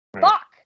fuck